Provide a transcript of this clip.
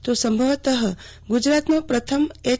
તો સંભવતઃ ગુજરાતનો પ્રથમ એચ